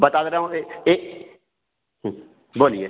बता दे रहा हूँ ए बोलिए